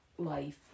life